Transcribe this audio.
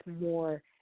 more